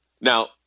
Now